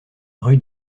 rue